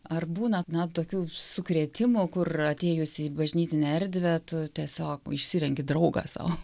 ar būna na tokių sukrėtimų kur atėjus į bažnytinę erdvę tu tiesiog išsirenki draugą sau